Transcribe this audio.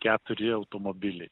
keturi automobiliai